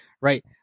Right